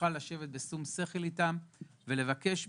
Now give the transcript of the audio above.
ונוכל לשבת בשום שכל איתם ולבקש מהם,